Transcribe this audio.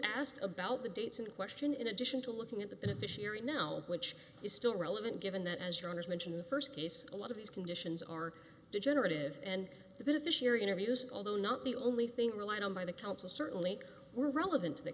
asked about the dates in question in addition to looking at the beneficiary now which is still relevant given that as your honour's mentioned st case a lot of these conditions or degenerative and the beneficiary interviews although not the only thing relied on by the council certainly were relevant to the